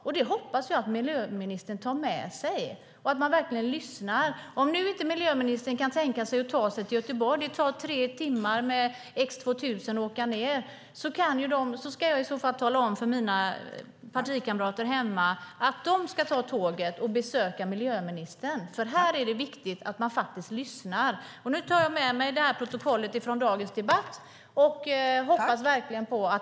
Jag hoppas att miljöministern tar med sig detta och lyssnar. Om nu miljöministern inte kan tänka sig att ta sig till Göteborg - tre timmar med X 2000 - ska jag säga till mina partikamrater att ta tåget och besöka miljöministern. Här är det viktigt att lyssna. Jag tar med mig protokollet från dagens debatt och hoppas på en dialog.